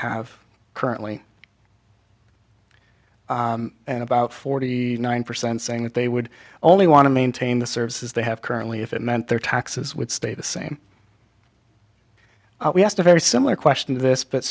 have currently about forty nine percent saying that they would only want to maintain the services they have currently if it meant their taxes would stay the same we asked a very similar question to this but